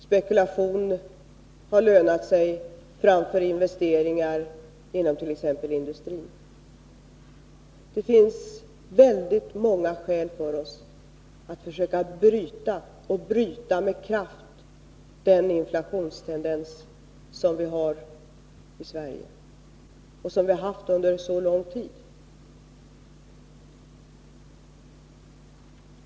Spekulation har lönat sig framför investeringar, inom t.ex. industrin. Det finns väldigt många skäl att med kraft försöka bryta den inflationstendens som vi har i Sverige, och som vi har haft under så lång tid.